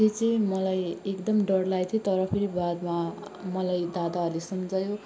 त्यो चाहिँ मलाई एकदम डर लागेको थियो तर फेरि बादमा मलाई दादाहरूले सम्झायो